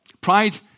pride